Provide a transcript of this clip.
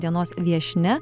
dienos viešnia